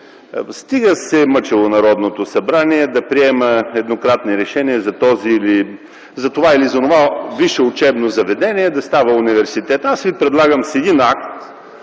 Стига се е мъчило Народното събрание да приема еднократни решения за това или за онова висше учебно заведение да става университет. Аз ви предлагам с един акт